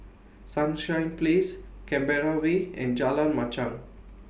Sunshine Place Canberra Way and Jalan Machang